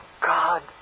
God